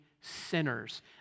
sinners